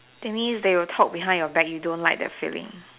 to me it's they will talk behind your back you don't like that feeling